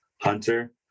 Hunter